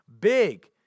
big